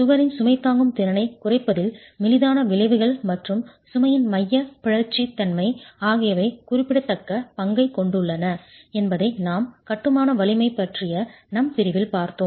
சுவரின் சுமை தாங்கும் திறனைக் குறைப்பதில் மெலிதான விளைவுகள் மற்றும் சுமையின் மையப் பிறழ்ச்சி தன்மை ஆகியவை குறிப்பிடத்தக்க பங்கைக் கொண்டுள்ளன என்பதை நாம் கட்டுமான வலிமை பற்றிய நம் பிரிவில் பார்த்தோம்